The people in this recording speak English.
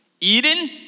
Eden